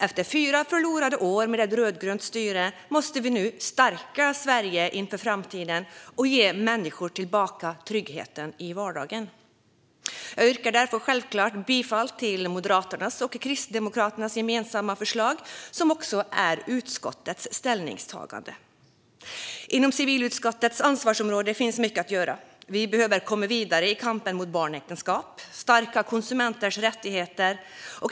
Efter fyra förlorade år med ett rödgrönt styre måste vi nu stärka Sverige inför framtiden och ge människor tillbaka tryggheten i vardagen. Jag yrkar därför självklart bifall till Moderaternas och Kristdemokraternas gemensamma förslag, som också är utskottets ställningstagande. Inom civilutskottets ansvarsområde finns mycket att göra. Vi behöver komma vidare i kampen mot barnäktenskap och stärka konsumenters rättigheter.